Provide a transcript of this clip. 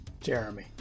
Jeremy